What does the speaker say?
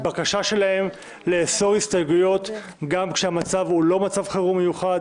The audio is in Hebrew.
והבקשה שלהם לאסור הסתייגויות כשהמצב הוא לא מצב חירום מיוחד